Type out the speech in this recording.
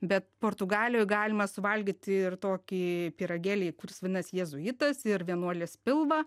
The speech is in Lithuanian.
bet portugalijoj galima suvalgyti ir tokį pyragėlį kuris vadinas jėzuitas ir vienuolės pilvą